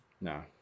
no